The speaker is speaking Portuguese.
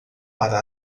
para